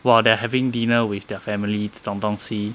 while they are having dinner with their family 这种东西